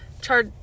char-